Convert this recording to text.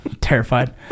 terrified